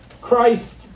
Christ